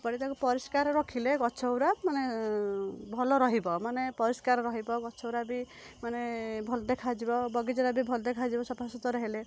ଓପାଡ଼ି ତାକୁ ପରିସ୍କାର ରଖିଲେ ଗଛଗୁରା ମାନେ ଭଲ ରହିବ ମାନେ ପରିସ୍କାର ରହିବ ଗଛଗୁରା ବି ମାନେ ଭଲ ଦେଖାଯିବ ବଗିଚାଟା ବି ଭଲ ଦେଖାଯିବ ସଫାସୁତୁରା ହେଲେ